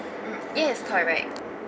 mm yes correct